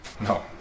No